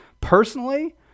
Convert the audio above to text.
personally